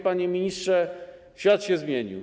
Panie ministrze, świat się zmienił.